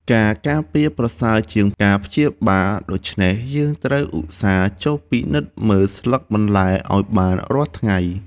ការការពារប្រសើរជាងការព្យាបាល ដូច្នេះយើងត្រូវឧស្សាហ៍ចុះពិនិត្យមើលស្លឹកបន្លែឱ្យបានរាល់ថ្ងៃ។